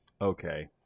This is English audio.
okay